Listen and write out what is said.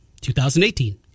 2018